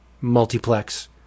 Multiplex